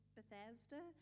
Bethesda